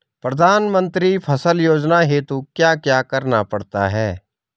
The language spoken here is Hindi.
प्रधानमंत्री फसल योजना हेतु क्या क्या करना पड़ता है?